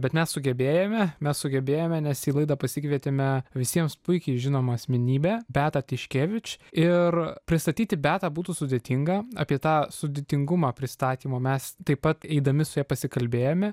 bet mes sugebėjome mes sugebėjome nes į laidą pasikvietėme visiems puikiai žinomą asmenybę beatą tiškevič ir pristatyti beatą būtų sudėtinga apie tą sudėtingumą pristatymo mes taip pat eidami su ja pasikalbėjome